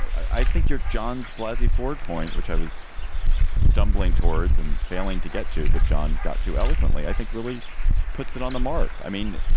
i think you're john's blousy ford point, which i was stumbling towards and failing to get to. but john got to eloquently, i think really puts it on the mark. i mean,